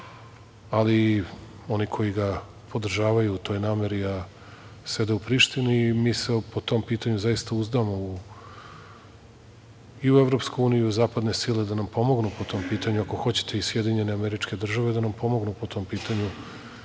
ali oni koji ga podržavaju u toj nameri, a sede u Prištini i mi se po tom pitanju, zaista uzdamo, i u EU i zapadne sile da nam pomognu po tom pitanju, ako hoćete i SAD da nam pomognu po tom pitanju